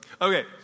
Okay